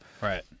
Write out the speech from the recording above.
right